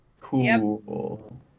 Cool